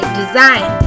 design